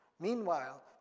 Meanwhile